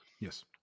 Yes